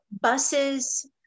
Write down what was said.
buses